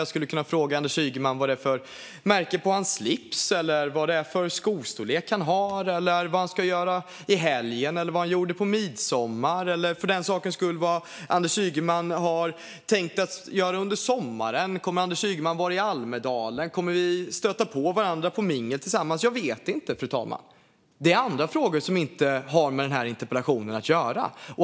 Jag skulle kunna fråga Anders Ygeman vad det är för märke på hans slips, vad det är för skostorlek han har, vad han ska göra i helgen, vad han gjorde i midsommar eller för den sakens skull vad Anders Ygeman har tänkt att göra under sommaren. Kommer Anders Ygeman att vara i Almedalen? Kommer vi att stöta på varandra i minglet tillsammans? Jag vet inte, fru talman. Det är andra frågor som inte har med den här interpellationen att göra.